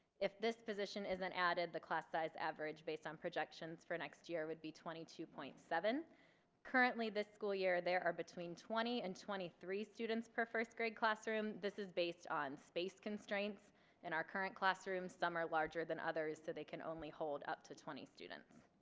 if this position isn't added the class size average based on projections for next year would be twenty two point seven currently this school year there are between twenty and twenty three students per first grade classroom. this is based on space constraints in our current classroom. some are larger than others so they can only hold up to twenty students.